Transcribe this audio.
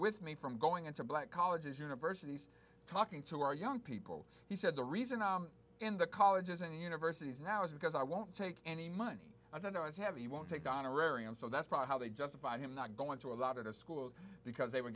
with me from going into black colleges universities talking to our young people he said the reason i am in the colleges and universities now is because i won't take any money i don't know if have you won't take honorary and so that's probably how they justify him not going to a lot of schools because they would